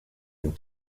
and